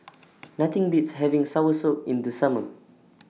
Nothing Beats having Soursop in The Summer